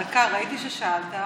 דקה, ראיתי ששאלת.